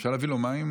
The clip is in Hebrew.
אפשר להביא לו מים?